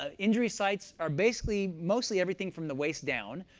ah injury sites are basically mostly everything from the waist down.